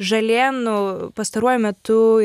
žalėnu pastaruoju metu